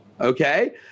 okay